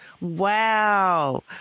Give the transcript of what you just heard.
Wow